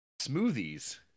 Smoothies